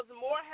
more